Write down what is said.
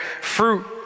fruit